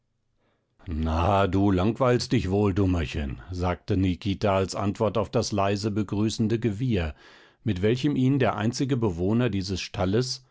na du langweilst dich wohl dummerchen sagte nikita als antwort auf das leise begrüßende gewieher mit welchem ihn der einzige bewohner dieses stalles